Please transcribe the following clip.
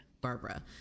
Barbara